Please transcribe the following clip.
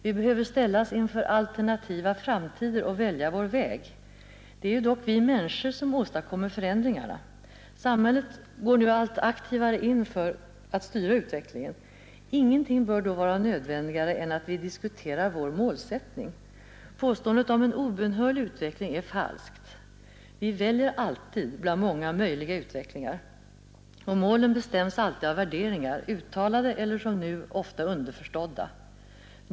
Vi behöver ställas inför alternativa framtider och välja vår väg. Det är ju dock vi människor som åstadkommer förändringarna. Samhället går nu allt aktivare in för att styra utvecklingen. Ingenting bör då vara nödvändigare än att vi diskuterar vår målsättning. Påståendet om en obönhörlig utveckling är falskt. Vi väljer alltid bland många möjliga utvecklingar. Målen bestäms alltid av värderingar, uttalade eller som nu ofta underförstådda.